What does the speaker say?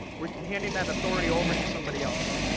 were handing that authority over to somebody else.